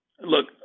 look